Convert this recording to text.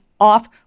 off